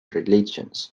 religions